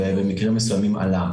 ובמקרים מסוימים עלה.